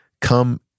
come